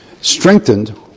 strengthened